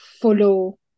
follow